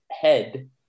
head